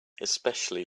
especially